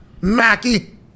Mackey